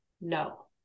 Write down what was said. No